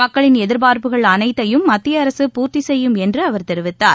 மக்களின் எதிர்பார்ப்புகள் அனைத்தையும் மத்திய அரசு பூர்த்தி செய்யும் என்று அவர் தெரிவித்தார்